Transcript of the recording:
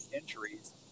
injuries